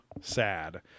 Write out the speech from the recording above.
sad